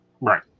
Right